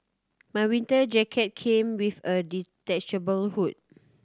my winter jacket came with a detachable hood